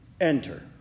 enter